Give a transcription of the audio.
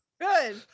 Good